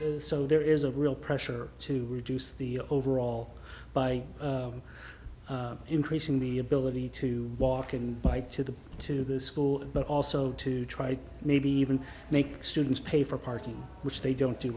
so there is a real pressure to reduce the overall by increasing the ability to walk and bike to the to the school but also to try to maybe even make students pay for parking which they don't do